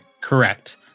Correct